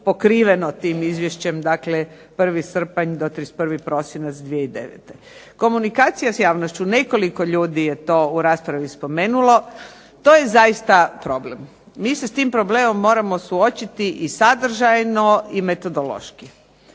pokriveno tim izvješće, dakle 1. srpanj do 31. prosinac 2009. Komunikacija s javnošću nekoliko ljudi je to u raspravi spomenulo, to je zaista problem. Mi se s tim problemom moramo suočiti i sadržajno i metodološki.